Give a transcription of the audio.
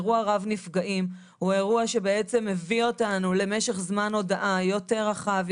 אירוע רב נפגעים הוא אירוע שמביא אותנו למשך זמן הודעה יותר רחב,